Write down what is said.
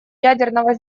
ядерного